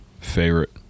favorite